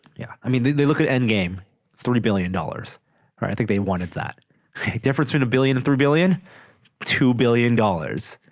yeah i mean they they look at endgame three billion dollars i think they wanted that difference for the billion to three billion two billion dollars